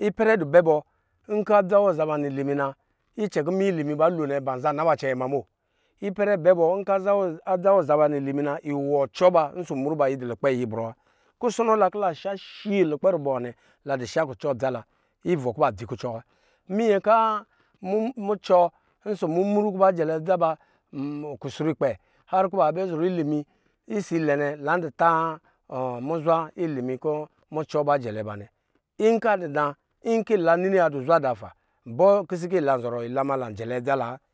ipɛrɛ du bɛ bɔ. nkɔ adza wɔ ba za ba linimi na icɛ kɔ minyɛ ilimi ba lo nɛ banza naba cɛnɛ ma bno ipɛrɛ du bɛ bɔ nkɔ adza wɔ ba za ba linimi na wɔ ɔcɔ ɔsɔ mru yi dɔ nayɛ ibrɔ wa kusɔnɔ la kɔ la dɔ sha shi lukpɛ lubɔ nwa nɛnɛ ladɔ sha kucɔ adza la wa kɔ ba dzi kucɔ wa minyɛ kɔ mucɔ ɔsɔ mumru kɔ ba jɛlɛ adza ba kus rukpɛ har kɔ ba bɛ zɔrɔ ilimi la dɔ ta muzwa ilmi kɔ mucɔ jɛlɛ ba nɛ nkɔ adɔ da nkɔ la nini adu zwa da bɔ, bɔ kisi kɔ lan zɔrɔ ila ma la jɛlɛ adza la wa